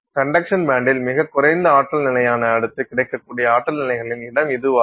conduction பேண்டில் மிகக் குறைந்த ஆற்றல் நிலையான அடுத்து கிடைக்கக்கூடிய ஆற்றல் நிலைகளின் இடம் இதுவாகும்